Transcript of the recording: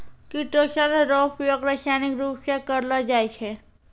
chitosan रो उपयोग रासायनिक रुप से करलो जाय छै